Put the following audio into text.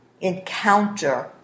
encounter